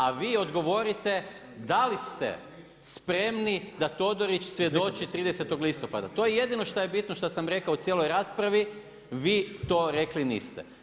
A vi odgovorite da li ste spremni da Todorić svjedoči 30. listopada, to je jedino šta je bitno što sam rekao u cijeloj raspravi, vi to rekli niste.